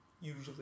usually